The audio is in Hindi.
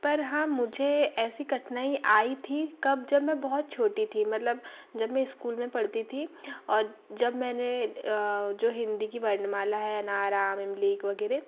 पर हाँ मुझे ऐसी कठिनाई आई थी कब जब मैं बहुत छोटी थी मतलब जब मैं इस्कूल में पढ़ती थी और जब मैंने जो हिंदी की वर्णमाला है अनार आम इमली की वगैरह